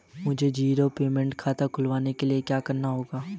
मुझे zero payment खाता खुलवाने के लिए क्या करना होगा?